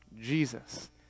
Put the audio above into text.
Jesus